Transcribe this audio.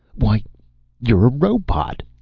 why you're a robot!